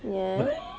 ya